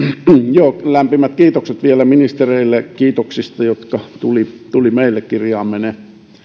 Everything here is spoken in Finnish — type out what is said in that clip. tässä pärjätä lämpimät kiitokset vielä ministereille kiitoksista jotka tulivat meille kirjaamme ne